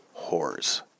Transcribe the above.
whores